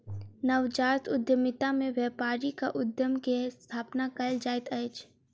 नवजात उद्यमिता में व्यापारिक उद्यम के स्थापना कयल जाइत अछि